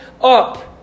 up